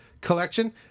collection